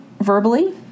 verbally